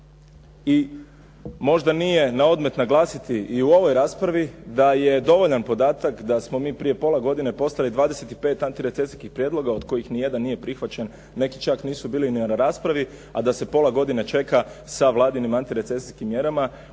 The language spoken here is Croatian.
I možda nije na odmet naglasiti i u ovoj raspravi da je dovoljan podatak da smo mi prije pola godine poslali 25 antirecesijskih prijedloga od kojih ni jedan nije prihvaćen, neki čak nisu bili ni na raspravi, a da se pola godine čeka sa Vladinim antirecesijskim mjerama